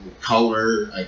color